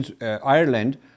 Ireland